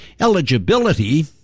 eligibility